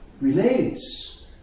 relates